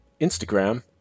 Instagram